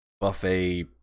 buffet